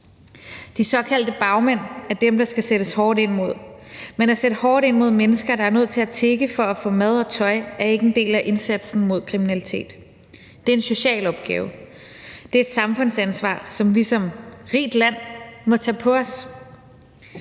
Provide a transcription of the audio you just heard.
De såkaldte bagmænd er dem, der skal sættes hårdt ind mod, men at sætte hårdt ind mod mennesker, der er nødt til at tigge for at få mad og tøj, er ikke en del af indsatsen mod kriminalitet. Det er en social opgave, og det er et samfundsansvar, som vi som et rigt land må tage på os.